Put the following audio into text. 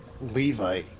Levi